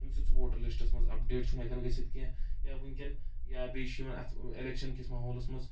ییٚمہِ سۭتۍ سُہ ووٹر لِسٹس منٛز اَپڈیٹ چھُنہٕ ہؠکان گٔژھِتھ کینٛہہ یا وٕنکؠن یا بیٚیہِ چھ یِوان اَتھ اؠلَکشَن کِس ماحولَس منٛز